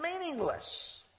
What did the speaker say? meaningless